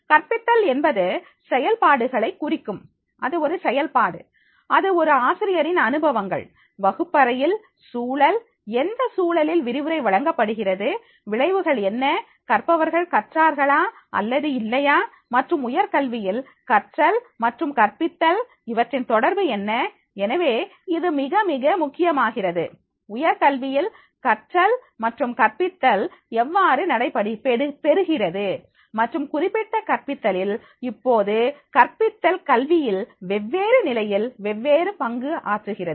கற்பித்தல் என்பது செயல்பாடுகளை குறிக்கும்அது ஒரு செயல்பாடு அது ஒரு ஆசிரியரின் அனுபவங்கள் வகுப்பறையில் சூழல் எந்த சூழலில் விரிவுரை வழங்கப்படுகிறது விளைவுகள் என்ன கற்பவர்கள் கற்றார்களா அல்லது இல்லையா மற்றும் உயர்கல்வியில் கற்றல் மற்றும் கற்பித்தல் இவற்றின் தொடர்பு என்ன எனவே இது மிக மிக முக்கியமாகிறது உயர்கல்வியில் கற்றல் மற்றும் கற்பித்தல் எவ்வாறு நடைபெறுகிறது மற்றும் குறிப்பிட்ட கற்பித்தலில் இப்போது கற்பித்தல் கல்வியில் வெவ்வேறு நிலையில் வெவ்வேறு பங்கு ஆற்றுகிறது